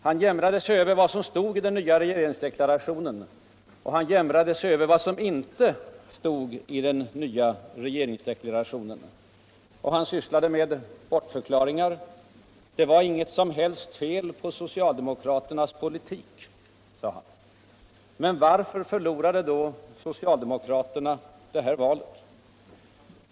Han jämrade sig över vud som stod i den nvu regeringsdeklarationen, han jämrade stg över vad som inte stod i den och han sysslade med bortförklaringar. Det var inget som helst fel på socialdemokraternas politik. sade han. Men varför förlorade då socialdemokraterna valet?